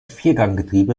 vierganggetriebe